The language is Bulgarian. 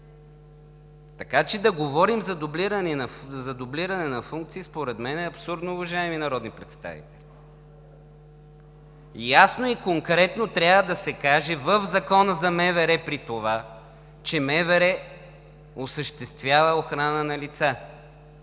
така че да говорим за дублиране на функции според мен е абсурдно, уважаеми народни представители. Ясно и конкретно трябва да се каже, при това в Закона за МВР, че МВР осъществява охрана на лица.